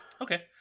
Okay